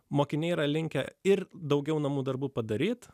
mokiniai yra linkę ir daugiau namų darbų padaryti